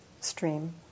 stream